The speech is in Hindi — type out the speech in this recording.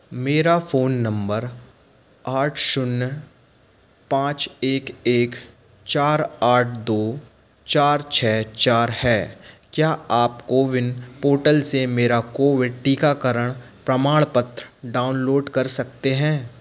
मेरा फ़ोन नंबर आठ शून्य पाँच एक एक चार आठ दो चार छः चार है क्या आप कोविन पोर्टल से मेरा कोविड टीकाकरण प्रमाणपत्र डाउनलोड कर सकते हैं